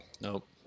Nope